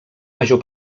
major